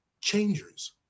changers